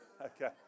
okay